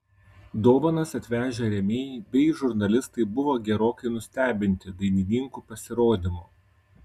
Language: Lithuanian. dovanas atvežę rėmėjai bei žurnalistai buvo gerokai nustebinti dainininkų pasirodymu